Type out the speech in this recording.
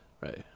Right